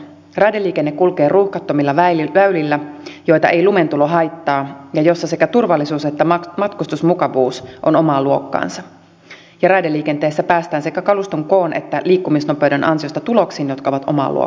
raideliikenne kulkee ruuhkattomilla väylillä joita ei lumentulo haittaa ja joilla sekä turvallisuus että matkustusmukavuus ovat omaa luokkaansa ja raideliikenteessä päästään sekä kaluston koon että liikkumisnopeuden ansiosta tuloksiin jotka ovat omaa luokkaansa